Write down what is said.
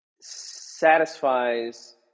satisfies